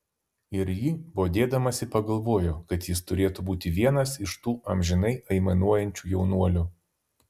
ir ji bodėdamasi pagalvojo kad jis turėtų būti vienas iš tų amžinai aimanuojančių jaunuolių